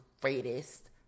Greatest